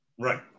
Right